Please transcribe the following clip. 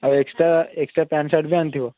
ଆଉ extra extra pant shirt ବି ଆଣିଥିବ